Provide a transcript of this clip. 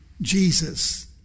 Jesus